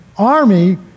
army